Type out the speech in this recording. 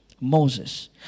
Moses